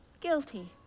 guilty